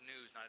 news